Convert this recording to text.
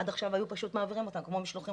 עד עכשיו היו פשוט מעבירים אותם כמו משלוחים